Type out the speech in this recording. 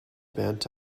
bent